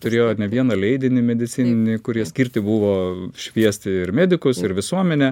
turėjo ne vieną leidinį medicininį kurie skirti buvo šviesti ir medikus ir visuomenę